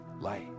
light